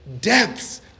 depths